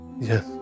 Yes